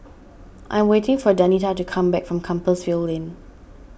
I'm waiting for Danita to come back from Compassvale Lane